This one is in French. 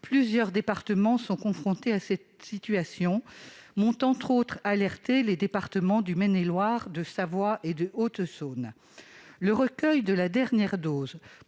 Plusieurs départements sont confrontés à cette situation ; j'ai été alertée, notamment, par les départements du Maine-et-Loire, de la Savoie et de la Haute-Saône. Le recueil de la dernière dose,